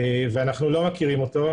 ואנחנו לא מכירים אותו,